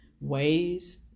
ways